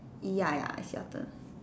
ya ya it shelters